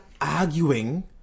arguing